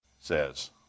says